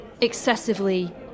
Excessively